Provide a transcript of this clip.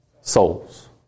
souls